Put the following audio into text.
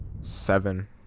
seven